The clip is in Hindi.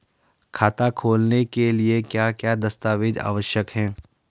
खाता खोलने के लिए क्या क्या दस्तावेज़ आवश्यक हैं?